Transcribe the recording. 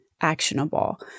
actionable